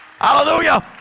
Hallelujah